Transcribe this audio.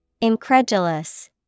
Incredulous